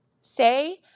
Say